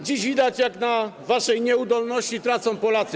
Dziś widać, jak na waszej nieudolności tracą Polacy.